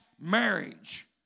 marriage